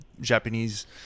japanese